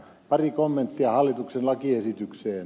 pari kommenttia hallituksen lakiesitykseen